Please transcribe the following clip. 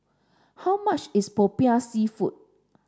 how much is Popiah Seafood